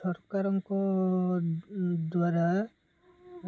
ସରକାରଙ୍କ ଦ୍ୱାରା